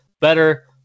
better